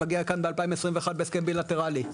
מגיעה לכאן ב-2021 בהסכם בילטרלי.